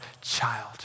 child